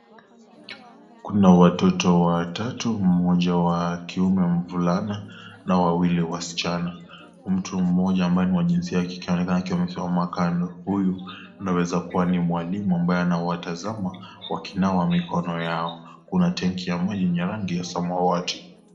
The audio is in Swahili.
Kuna watoto watatu, mmoja wa kiume mvulana na wawili wasichana. Mtu mmoja ambaye ni wa jinsia ya kike anaonekana akiwa amesimama kando, huyu anaweza kuwa ni mwalimu ambaye anawatazama ,wakiwa mikono yao. Kuna tanki ya maji yenye rangi ya samawati.